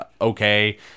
okay